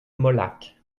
molac